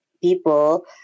people